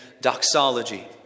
doxology